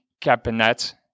cabinet